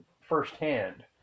firsthand